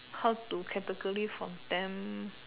how to category from ten